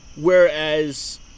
Whereas